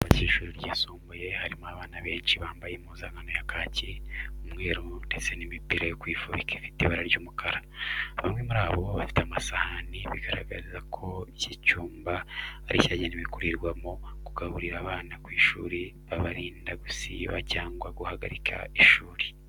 Mu cyumba cy'ishuri ryisumbuye harimo abana benshi bambaye impuzankano ya kaki, umweru ndetse n'imipira yo kwifubika ifite ibara ry'umukara. Bamwe muri bo bafite amasahani, bigaragaraza ko iki cyumba ari icyagenewe kuriramo. Kugaburira abana ku ishuri bibarinda gusiba cyangwa guhagarika ishuri.